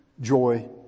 joy